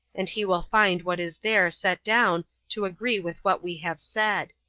and he will find what is there set down to agree with what we have said.